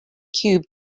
cube